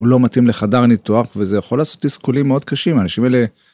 לא מתאים לחדר ניתוח וזה יכול לעשות תסכולים מאוד קשים האנשים האלה...